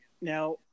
Now